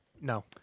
No